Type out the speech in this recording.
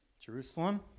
Jerusalem